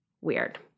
weird